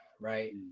right